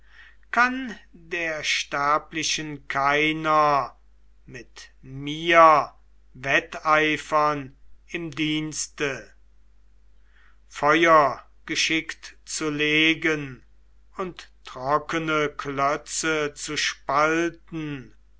kann der sterblichen keiner mit mir wetteifern im dienste feuer geschickt zu legen und trockene klötze zu spalten